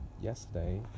yesterday